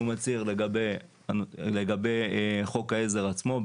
שהוא מצהיר לגבי חוק העזר לעצמו,